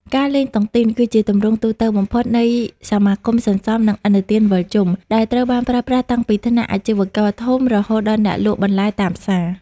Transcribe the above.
ការលេង "តុងទីន" គឺជាទម្រង់ទូទៅបំផុតនៃសមាគមសន្សំ និងឥណទានវិលជុំ ដែលត្រូវបានប្រើប្រាស់តាំងពីថ្នាក់អាជីវករធំ រហូតដល់អ្នកលក់បន្លែតាមផ្សារ។